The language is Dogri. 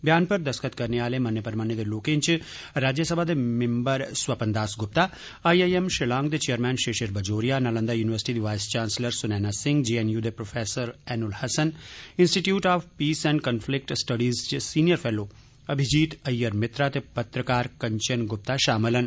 बयान उप्पर दस्तखत करने आले मन्ने परमन्ने दे लोकें च राज्यसभा दे member Swapan Das Gupta I I M Shillong दे चेयरमैन षिषिर बजोरिया नालंदा यूनिवर्सिटी दी vice chancellor Sunaina Singh JNU दे professor Ainul Hasan institute of peace and conflict studies च सीनियर फैलो अभिजीत अय्यर मित्रा ते पत्रकार कंचन गुप्ता षामल न